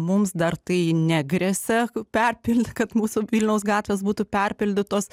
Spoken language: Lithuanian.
mums dar kai negresia perpildyt kad mūsų vilniaus gatvės būtų perpildytos